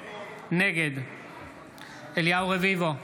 נגד אליהו רביבו,